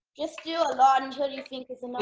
just do a lot until you think is and like